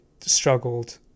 struggled